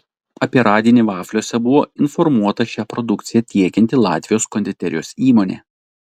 apie radinį vafliuose buvo informuota šią produkciją tiekianti latvijos konditerijos įmonė